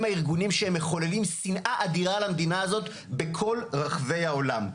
הם הארגונים שמחוללים שנאה אדירה למדינה הזאת בכל רחבי העולם.